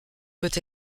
peut